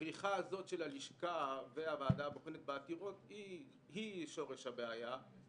הכריכה הזאת של הלשכה והוועדה הבוחנת בעתירות היא שורש הבעיה,